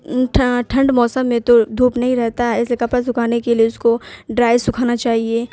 ٹھنڈ موسم میں تو دھوپ نہیں رہتا ہے اس لیے کپڑا سوکھانے کے لیے اس کو ڈرائی سکھانا چاہیے